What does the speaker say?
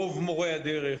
רוב מורי הדרך,